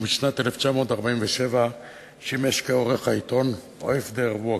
ומשנת 1947 שימש כעורך העיתון "אויף דער וואק"